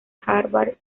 harvard